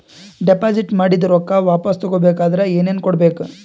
Deposit ಮಾಡಿದ ರೊಕ್ಕ ವಾಪಸ್ ತಗೊಬೇಕಾದ್ರ ಏನೇನು ಕೊಡಬೇಕು?